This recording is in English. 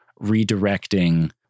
redirecting